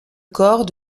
corps